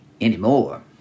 anymore